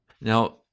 Now